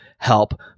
help